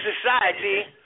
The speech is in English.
society